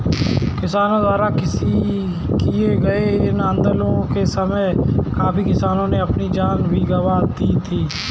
किसानों द्वारा किए गए इस आंदोलन के समय काफी किसानों ने अपनी जान भी गंवा दी थी